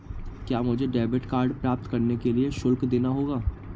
क्या मुझे debit card प्राप्त करने के लिए शुल्क देना होगा?